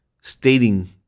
stating